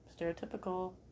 stereotypical